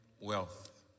wealth